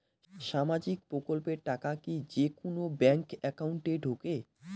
সামাজিক প্রকল্পের টাকা কি যে কুনো ব্যাংক একাউন্টে ঢুকে?